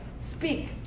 speak